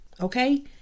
okay